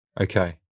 Okay